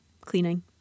cleaning